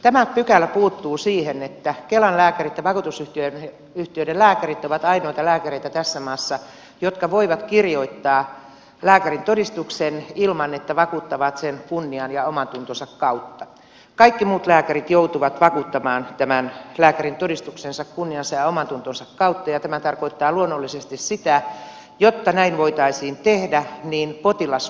tämä pykälä puuttuu siihen että kelan lääkärit ja vakuutusyhtiöiden lääkärit ovat ainoita lääkäreitä tässä maassa jotka voivat kirjoittaa lääkärintodistuksen ilman että vakuuttavat sen kunnian ja omantuntonsa kautta kaikki muut lääkärit joutuvat vakuuttamaan tämän lääkärintodistuksensa kunniansa ja omantuntonsa kautta ja tämä tarkoittaa luonnollisesti sitä että jotta näin voitaisiin tehdä niin potilas on pakko nähdä